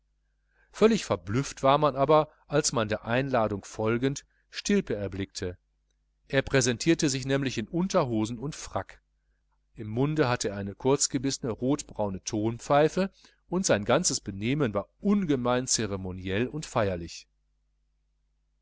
völlig verblüfft war man aber als man der einladung folgend stilpe erblickte er präsentierte sich nämlich in unterhosen und frack im munde hatte er eine kurzgebissene rotbraune thonpfeife und sein ganzes benehmen war ungemein zeremoniell und feierlich